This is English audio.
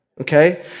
okay